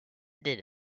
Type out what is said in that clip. did